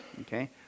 Okay